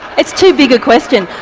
it's too big a question!